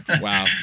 Wow